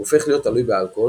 הוא הופך להיות תלוי באלכוהול,